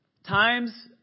Times